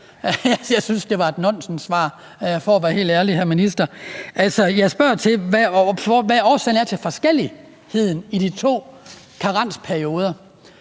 Jeg synes, det var et nonsenssvar, for at være helt ærlig, hr. minister. Altså, jeg spørger til, hvad årsagen er til forskelligheden i de to karensperioder,